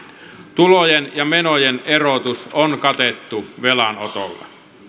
tulojen ja menojen erotus on katettu velanotolla